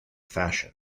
fashion